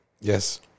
Yes